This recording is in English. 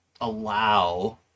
allow